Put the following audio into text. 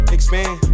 Expand